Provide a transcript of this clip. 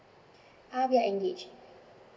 ah we are engaged